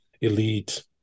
elite